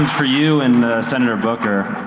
for you and senator booker.